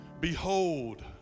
Behold